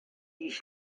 ich